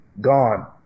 gone